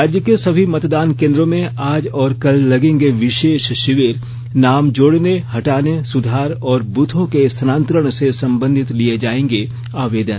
राज्य के सभी मतदान केंद्रों में आज और कल लगेंगे विशेष शिविर नाम जोड़ने हटाने सुधार और ब्रथों के स्थानांतरण से संबंधित लिये जाएंगे आवेदन